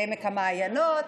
בעמק המעיינות,